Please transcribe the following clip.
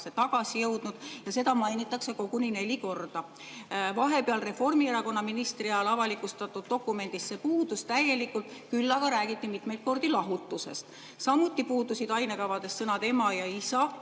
tagasi jõudnud ja seda mainitakse koguni neli korda. Vahepeal, Reformierakonna ministri ajal avalikustatud dokumendis see puudus täielikult, küll aga räägiti mitmeid kordi lahutusest. Samuti puudusid ainekavades sõnad "ema" ja "isa",